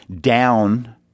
down